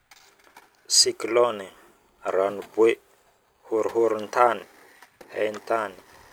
siklonigny, ranoboe, horohorontany, haintany